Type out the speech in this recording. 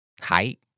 height